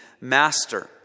master